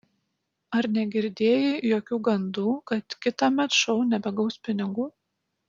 ar negirdėjai jokių gandų kad kitąmet šou nebegaus pinigų